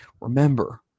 remember